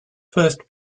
first